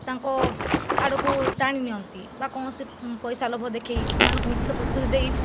ତାଙ୍କ ଆଡ଼କୁ ଟାଣି ନିଅନ୍ତି ବା କୌଣସି ପଇସା ଲୋଭ ଦେଖାଇ ସେମାନଙ୍କୁ ମିଛ ପ୍ରତିଶ୍ରୁତି ଦେଇ